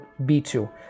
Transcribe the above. b2